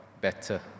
better